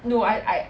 no I I